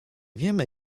wiemy